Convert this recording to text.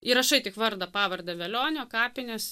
įrašai tik vardą pavardę velionio kapines